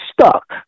stuck